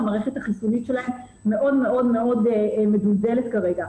המערכת החיסונית שלהן מאוד מאוד מאוד מדולדלת כרגע.